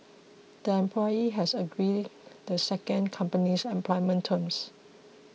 the employee has to agree the second company's employment terms